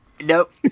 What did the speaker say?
Nope